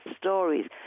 stories